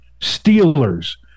Steelers